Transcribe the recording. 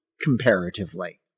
comparatively